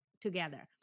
together